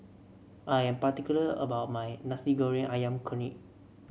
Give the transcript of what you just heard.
I am particular about my Nasi Goreng ayam kunyit